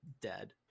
dead